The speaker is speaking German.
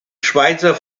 schweizer